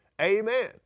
Amen